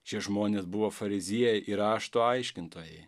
šie žmonės buvo fariziejai ir rašto aiškintojai